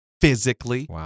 physically